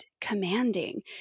commanding